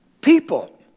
people